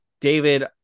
David